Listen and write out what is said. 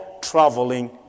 traveling